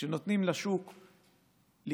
כשנותנים לשוק לגדול,